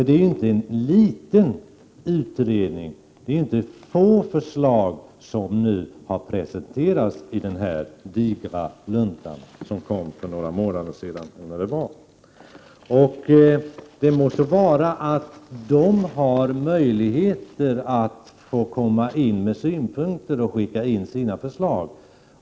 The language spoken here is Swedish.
Det är ju inte en liten utredning det är fråga om, och det är inte få förslag som har presenterats i den här digra luntan, som kom för några månader sedan. Det må så vara att folkrörelserna har möjlighet att komma in med synpunkter och skicka in sina förslag.